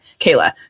kayla